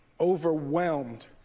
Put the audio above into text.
overwhelmed